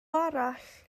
arall